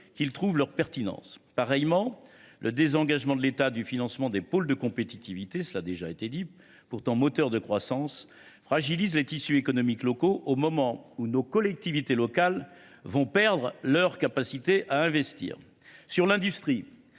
trouvent leur pertinence. Le désengagement de l’État du financement des pôles de compétitivité, pourtant moteurs de croissance, fragilise les tissus économiques locaux au moment où nos collectivités locales vont perdre leur capacité à investir. Sur l’industrie,